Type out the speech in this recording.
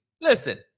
Listen